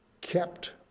kept